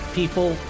people